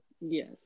Yes